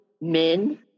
men